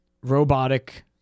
robotic